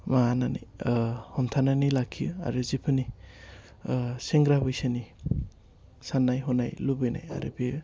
माबानानै हमथानानै लाखियो आरो जेखिनि सेंग्रा बैसोनि साननाय हनाय लुबैनाय आरो बे